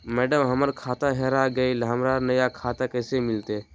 madam, हमर खाता हेरा गेलई, हमरा नया खाता कैसे मिलते